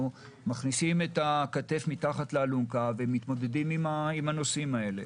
מכניסים את הכתף מתחת לאלונקה ומתמודדים עם הנושאים האלה.